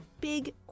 big